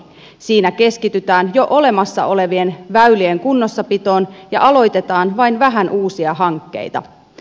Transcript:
siinä keskitytään jo olemassa olevien väylien kunnossapitoon ja aloitetaan vain vähän uusia hankkeita